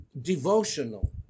devotional